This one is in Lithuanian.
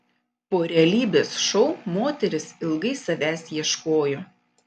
po realybės šou moteris ilgai savęs ieškojo